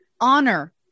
honor